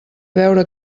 veure